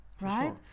Right